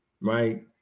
right